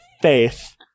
faith